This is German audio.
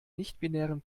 nichtbinären